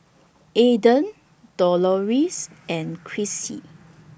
Adan Doloris and Chrissy